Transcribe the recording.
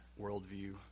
worldview